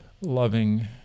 loving